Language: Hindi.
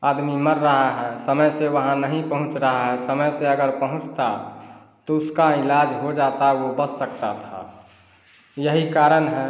आदमी मर रहा है समय से वहाँ नहीं पहुँच रहा है समय से अगर पहुँचता तो उसका इलाज़ हो जाता वह बच सकता था यही कारण है